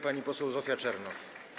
Pani poseł Zofia Czernow.